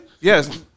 Yes